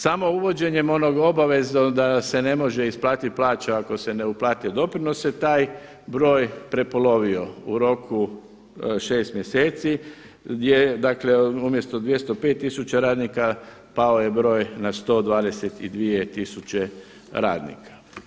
Samo uvođenjem onog obaveznog da se ne može isplatit plaća ako se ne uplate doprinosi taj broj prepolovio u roku šest mjeseci, gdje dakle umjesto 205 tisuća radnika pao je broj na 122 tisuće radnika.